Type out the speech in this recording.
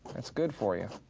it's good for you.